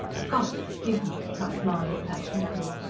god forgive me! cried mahony passionately.